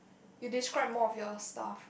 you describe most of your stuff